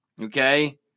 Okay